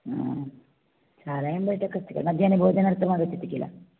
हा शालायां बैटक् अस्ति मद्यान्हे भोजनार्थम् आगच्छति किल